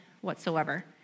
whatsoever